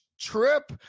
trip